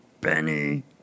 Benny